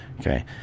Okay